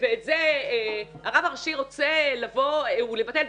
ואת זה הרב הראשי רוצה לבוא ולבטל.